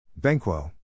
Benquo